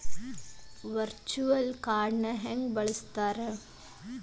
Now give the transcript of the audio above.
Virtual ಕಾರ್ಡ್ನ ಹೆಂಗ ಬಳಸ್ತಾರ?